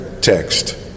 text